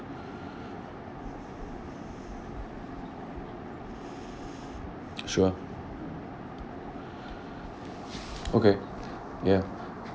sure okay ya